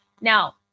Now